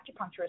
acupuncturist